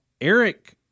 Eric